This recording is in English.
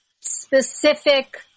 specific